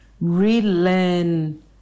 relearn